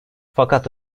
fakat